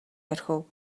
орхив